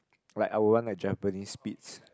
like I would want a Japanese Spitz